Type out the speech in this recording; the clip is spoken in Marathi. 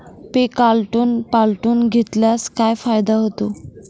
पीक आलटून पालटून घेतल्यास काय फायदा होतो?